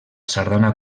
sardana